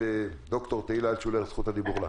דוקטור תהילה אלטשולר, זכות הדיבור לך.